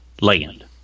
land